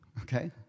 Okay